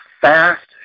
fast